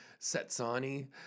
Setsani